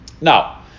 Now